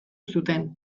zuten